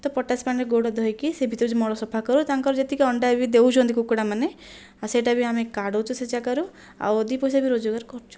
ତ ପଟାସ ପାଣିରେ ଗୋଡ଼ ଧୋଇକି ସେ ଭିତରୁ ମଳ ସଫା କରୁ ତାଙ୍କର ଯେତିକି ଅଣ୍ଡା ବି ଦେଉଛନ୍ତି କୁକୁଡ଼ାମାନେ ସେଇଟା ବି ଆମେ କାଢ଼ୁଛୁ ସେ ଜାଗାରୁ ଆଉ ଦୁଇ ପଇସା ବି ରୋଜଗାର କରୁଛୁ